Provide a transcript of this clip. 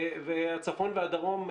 והצפון והדרום,